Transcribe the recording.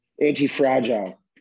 Anti-Fragile